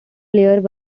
players